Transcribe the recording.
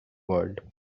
world